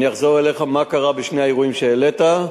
לחזור אליך ולומר מה קרה בשני האירועים שהעלית.